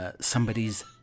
somebody's